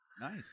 Nice